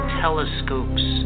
telescopes